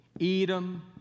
Edom